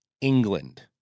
England